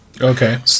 Okay